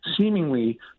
seemingly